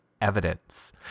evidence